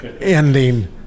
ending